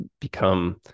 become